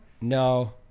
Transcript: No